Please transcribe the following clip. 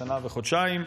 לשנה וחודשים,